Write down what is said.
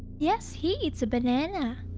yes! he eats a banana!